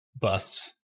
busts